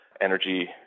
Energy